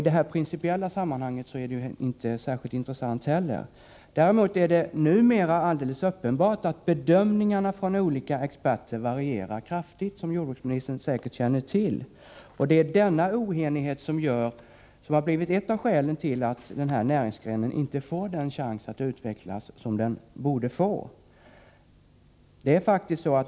I det här sammanhanget är det principiellt inte heller särskilt intressant att föra den diskussionen. Däremot är det numera alldeles uppenbart att olika experters bedömningar varierar kraftigt, som jordbruksministern säkert känner till. Det är denna oenighet som kommit att utgöra ett av skälen till att den här näringsgrenen inte får den chans att utvecklas som den borde få.